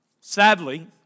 Sadly